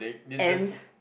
ants